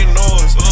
noise